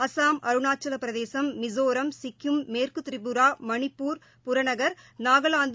அஸ்ஸாம் அருணாச்சல பிரசேதம் மிசோரம் சிக்கிம் மேற்கு திரிபுரா மணிப்பூர் புறநகர் நாகாலாந்து